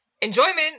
Enjoyment